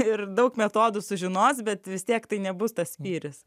ir daug metodų sužinos bet vis tiek tai nebus tas spyris